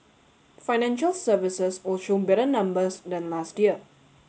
financial services will show better numbers than last year